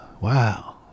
Wow